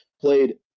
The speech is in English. played